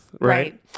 right